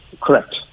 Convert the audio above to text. Correct